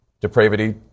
depravity